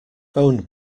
phone